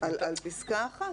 על פסקה (1).